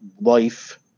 life